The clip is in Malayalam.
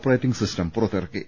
റേറ്റിംഗ് സിസ്റ്റം പുറത്തിറക്കി